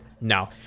No